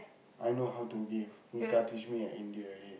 I know how to give Punitha teach me at India already